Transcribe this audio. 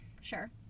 Sure